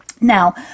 Now